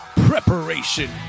Preparation